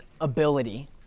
ability